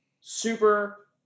super